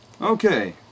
okay